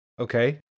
Okay